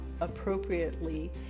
appropriately